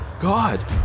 god